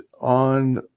on